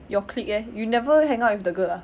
your clique eh you never hang out with the girl ah